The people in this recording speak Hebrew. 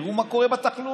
תראו מה קורה בתחלואה.